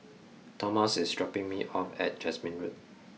Tomas is dropping me off at Jasmine Road